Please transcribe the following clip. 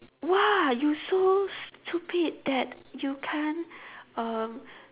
!wah! you so stupid that you can't uh